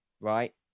Right